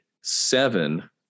seven